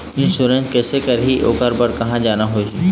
Insurance कैसे करही, ओकर बर कहा जाना होही?